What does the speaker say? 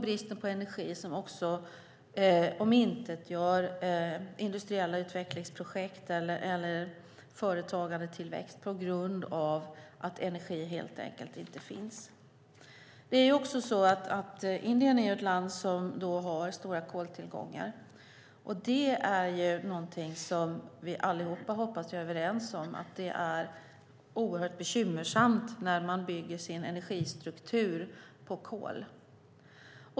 Bristen på energi omintetgör också industriella utvecklingsprojekt och företagandetillväxt. Indien är ett land som har stora koltillgångar, och jag hoppas att vi alla är överens om att det är bekymmersamt när man bygger sin energistruktur på kol.